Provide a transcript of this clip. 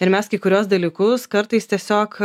ir mes kai kuriuos dalykus kartais tiesiog